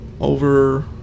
over